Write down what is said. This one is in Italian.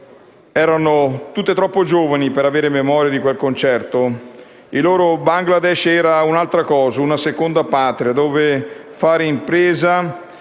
erano tutte troppo giovani per avere memoria di quel concerto. Il loro Bangladesh era un'altra cosa, una seconda patria, dove fare impresa